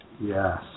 yes